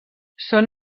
són